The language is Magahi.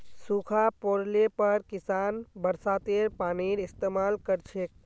सूखा पोड़ले पर किसान बरसातेर पानीर इस्तेमाल कर छेक